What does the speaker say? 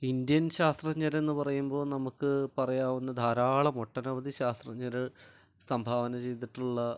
Indian ശാസ്ത്രജ്ഞരെന്ന് പറയുമ്പോൾ നമുക്ക് പറയാവുന്ന ധാരാളം ഒട്ടനവധി ശാസ്ത്രജ്ഞർ സംഭാവന ചെയ്തിട്ടുള്ള